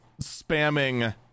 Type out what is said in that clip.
spamming